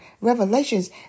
Revelations